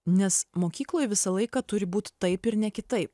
nes mokykloj visą laiką turi būt taip ir ne kitaip